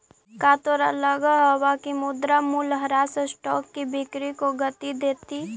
का तोहरा लगअ हवअ की मुद्रा मूल्यह्रास स्टॉक की बिक्री को गती देतई